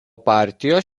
partijos